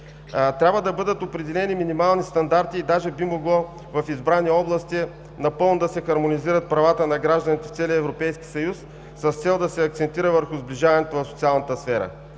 Трябва да бъдат определени минимални стандарти и даже би могло в избрани области напълно да се хармонизират правата на гражданите в целия Европейски съюз с цел да се акцентира върху сближаването в социалната сфера.